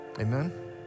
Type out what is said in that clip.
Amen